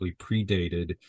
predated